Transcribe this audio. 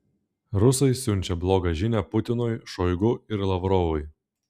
rusai siunčia blogą žinią putinui šoigu ir lavrovui